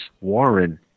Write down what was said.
Warren